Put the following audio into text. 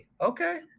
okay